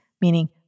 meaning